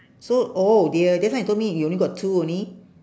so oh dear just now you told me you only got two only